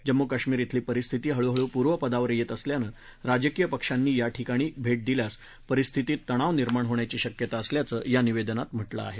जम्मू कश्मीर अली परिस्थिती हळूहळू पूर्वपदावर येत असल्यानं राजकीय पक्षांनी याठिकाणी भेट दिल्यास परिस्थितीत तणाव निर्माण होण्याची शक्यता असल्याचं या निवेदनात म्हटलं आहे